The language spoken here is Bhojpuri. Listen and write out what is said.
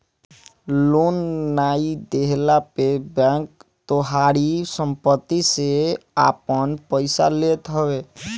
लोन नाइ देहला पे बैंक तोहारी सम्पत्ति से आपन पईसा लेत हवे